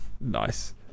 Nice